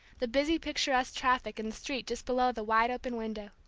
the busy picturesque traffic in the street just below the wide-open window.